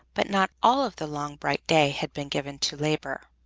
but not all of the long bright day had been given to labor.